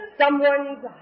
someone's